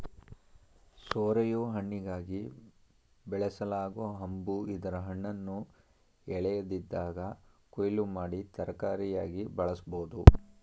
ಸೋರೆಯು ಹಣ್ಣಿಗಾಗಿ ಬೆಳೆಸಲಾಗೊ ಹಂಬು ಇದರ ಹಣ್ಣನ್ನು ಎಳೆಯದಿದ್ದಾಗ ಕೊಯ್ಲು ಮಾಡಿ ತರಕಾರಿಯಾಗಿ ಬಳಸ್ಬೋದು